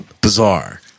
Bizarre